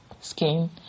skin